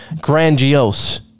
grandiose